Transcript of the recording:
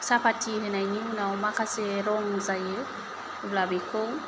साहपाति होनायनि उनाव माखासे रं जायो अब्ला बेखौ